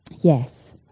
yes